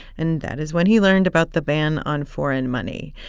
and that is when he learned about the ban on foreign money.